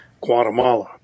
Guatemala